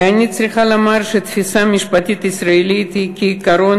אני צריכה לומר שהתפיסה המשפטית הישראלית היא כי עקרון